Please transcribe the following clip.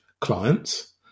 clients